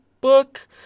book